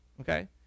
Okay